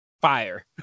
Fire